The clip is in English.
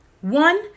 one